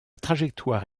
trajectoire